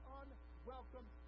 unwelcome